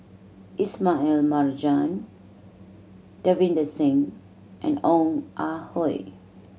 Ismail Marjan Davinder Singh and Ong Ah Hoi